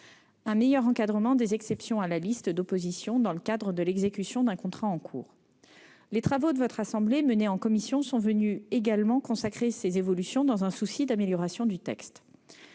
un meilleur encadrement des exceptions à la liste d'opposition dans le cadre de l'exécution d'un contrat en cours. Les travaux menés en commission par votre assemblée sont également venus consacrer ces évolutions dans un souci d'amélioration du texte.